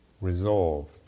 resolved